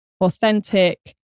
authentic